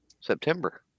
September